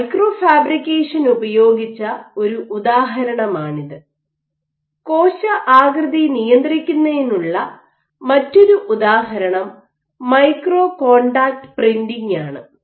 micro fabrication ഉപയോഗിച്ച ഒരു ഉദാഹരണമാണിത് കോശആകൃതി നിയന്ത്രിക്കുന്നതിനുള്ള മറ്റൊരു ഉദാഹരണം മൈക്രോ കോൺടാക്റ്റ് പ്രിന്റിംഗ് ആണ്